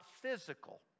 physical